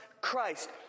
Christ